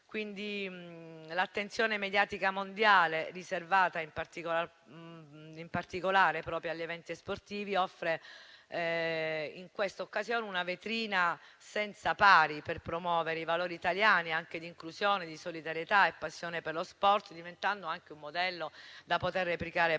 L'attenzione mediatica mondiale, riservata in particolare proprio agli eventi sportivi, offre in questa occasione una vetrina senza pari per promuovere i valori italiani anche di inclusione, di solidarietà e passione per lo sport, diventando anche un modello da poter replicare poi